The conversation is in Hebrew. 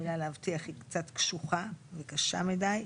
המילה להבטיח היא קצת קשוחה וקשה מידי.